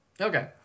Okay